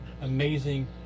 amazing